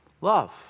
love